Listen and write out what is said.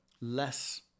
less